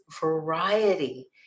variety